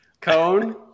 Cone